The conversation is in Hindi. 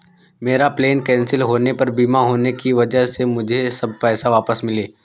मेरा प्लेन कैंसिल होने पर बीमा होने की वजह से मुझे सब पैसे वापस मिले